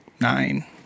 nine